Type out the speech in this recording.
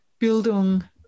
Bildung